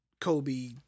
Kobe